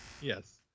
Yes